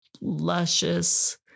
luscious